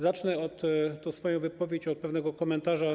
Zacznę swoją wypowiedź od pewnego komentarza.